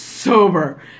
Sober